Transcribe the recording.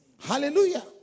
Hallelujah